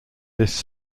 this